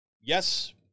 yes